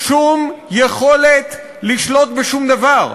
שום יכולת לשלוט בשום דבר.